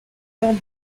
dents